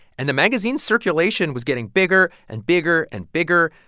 and the magazine's circulation was getting bigger and bigger and bigger.